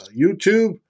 YouTube